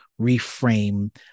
reframe